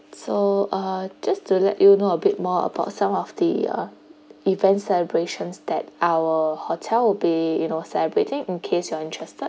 so uh just to let you know a bit more about some of the uh event celebrations that our hotel would be you know celebrating in case you are interested